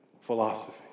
philosophy